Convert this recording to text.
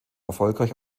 erfolgreich